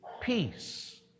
peace